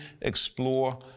explore